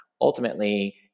Ultimately